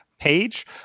page